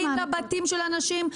באים לבתים של אנשים,